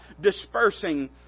dispersing